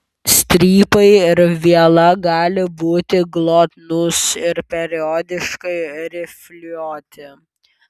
strypai ir viela gali būti glotnūs ir periodiškai rifliuoti